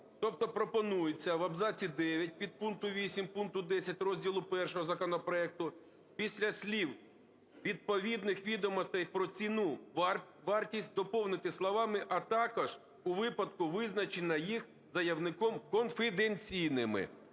Тобто пропонується в абзаці 9 підпункту 8 пункту 10 Розділу І законопроекту після слів "відповідних відомостей про ціну (вартість)" доповнити словами "а також у випадку визначення їх заявником конфіденційними".